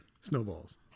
Snowballs